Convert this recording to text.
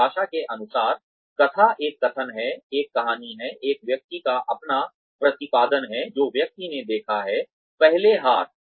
परिभाषा के अनुसार कथा एक कथन है एक कहानी है एक व्यक्ति का अपना प्रतिपादन है जो व्यक्ति ने देखा है पहले हाथ